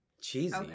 Cheesy